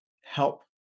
help